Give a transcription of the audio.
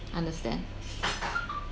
understand